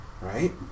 right